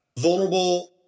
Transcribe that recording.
vulnerable